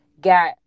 got